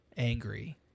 Angry